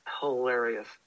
hilarious